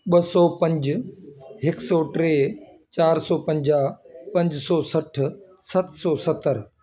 ॿ सौ पंज हिक सौ टे चारि सौ पंजाह पंज सौ सठि सत सौ सतरि